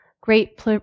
great